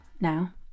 now